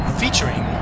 featuring